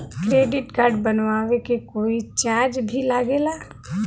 Credit card बनवावे के कोई चार्ज भी लागेला?